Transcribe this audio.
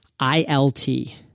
ILT